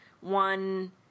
one